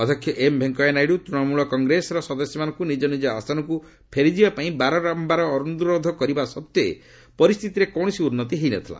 ଅଧ୍ୟକ୍ଷ ଏମ୍ ଭେଙ୍କୟା ନାଇଡୁ ତୂଣମୂଳ କଂଗ୍ରେସର ସଦସ୍ୟମାନଙ୍କୁ ନିଜ ନିଜ ଆସନକୁ ଫେରିଯିବା ପାଇଁ ବାରମ୍ଭାର ଅନୁରୋଧ କରିବା ସତ୍ତ୍ୱେ ପରିସ୍ଥିତିରେ କୌଣସି ଉନ୍ନତି ହୋଇନଥିଲା